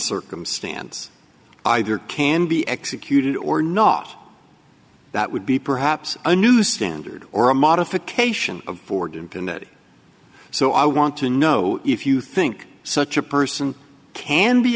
circumstance either can be executed or not that would be perhaps a new standard or a modification of ford infinity so i want to know if you think such a person can be